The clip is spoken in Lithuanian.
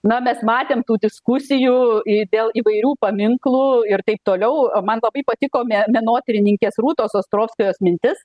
na mes matėm tų diskusijų dėl vėl įvairių paminklų ir taip toliau man labai patiko me menotyrininkės rūtos ostrovskajos mintis